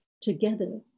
together